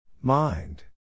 Mind